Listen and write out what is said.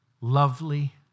lovely